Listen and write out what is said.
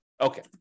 okay